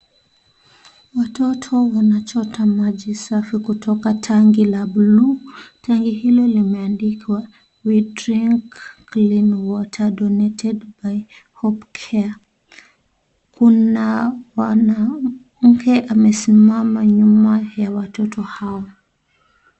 Watoto wanachota maji safi kutoka tanki la buluu. Tanki hilo limeandikwa, we drink clean water donated by Hope Care . Kuna mwanamke amesimama nyuma ya watoto hawa.